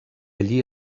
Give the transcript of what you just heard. allí